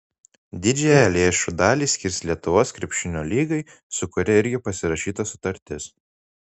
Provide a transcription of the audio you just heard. didžiąją lėšų dalį skirs lietuvos krepšinio lygai su kuria irgi pasirašyta sutartis